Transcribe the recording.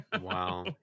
Wow